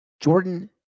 Jordan